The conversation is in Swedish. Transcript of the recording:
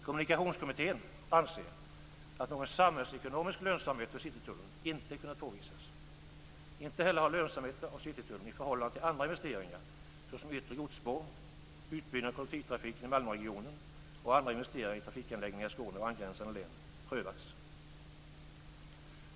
Kommunikationskommittén anser att någon samhällsekonomisk lönsamhet för Citytunneln inte har kunnat påvisas. Inte heller har lönsamheten av Citytunneln i förhållande till andra investeringar prövats, t.ex. yttre godsspår, utbyggnad av kollektivtrafiken i Malmöregionen och trafikanläggningar i Skåne och angränsande län.